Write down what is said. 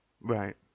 Right